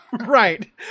Right